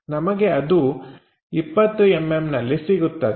ನಮಗೆ ಅದು 20mm ನಲ್ಲಿ ಸಿಗುತ್ತದೆ